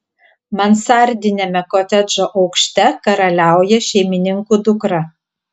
mansardiniame kotedžo aukšte karaliauja šeimininkų dukra